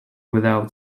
without